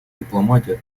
дипломатия